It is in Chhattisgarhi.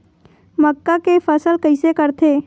मक्का के फसल कइसे करथे?